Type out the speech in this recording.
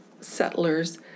settlers